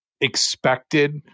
expected